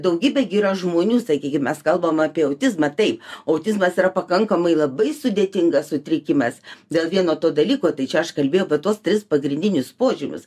daugybė gi yra žmonių sakykim mes kalbam apie autizmą tai autizmas yra pakankamai labai sudėtingas sutrikimas dėl vieno to dalyko tai čia aš kalbėjau apie tuos tris pagrindinius požymius